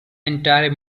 entire